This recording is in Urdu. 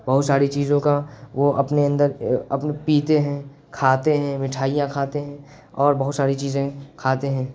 بہت ساری چیزوں کا وہ اپنے اندر اپنے پیتے ہیں کھاتے ہیں مٹھائیاں کھاتے ہیں اور بہت ساری چیزیں کھاتے ہیں